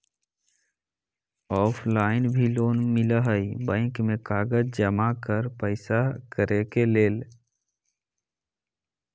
Offline भी loan मिलहई bank में कागज जमाकर पेशा करेके लेल?